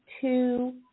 two